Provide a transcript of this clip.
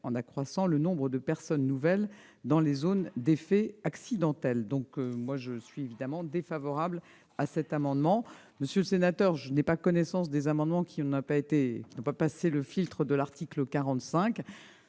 en accroissant le nombre de personnes nouvelles présentes dans les zones d'effets accidentels. Je suis évidemment défavorable à cet amendement. Monsieur Sueur, je n'ai pas connaissance des amendements qui n'ont pas passé le filtre de l'article 45.